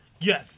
Yes